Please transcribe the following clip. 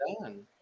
done